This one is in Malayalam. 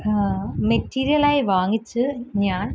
മെറ്റീരിയലായി വാങ്ങിച്ച് ഞാന്